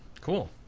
Cool